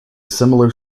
similar